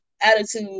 attitude